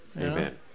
Amen